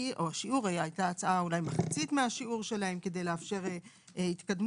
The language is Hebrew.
הייתה הצעה אולי מחצית מהשיעור שלהם כדי לאפשר התקדמות,